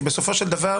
כי בסופו של דבר